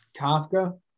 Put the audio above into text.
Kafka